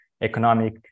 economic